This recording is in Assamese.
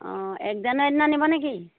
অঁ এক জানুৱাৰী দিনা নিব নে কি